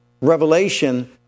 revelation